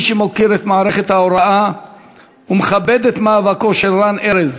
כמי שמוקיר את מערכת ההוראה ומכבד את מאבקו של רן ארז,